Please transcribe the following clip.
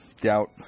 doubt